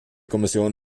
kommission